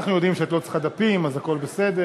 אנחנו יודעים שאת לא צריכה דפים, אז הכול בסדר.